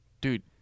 Dude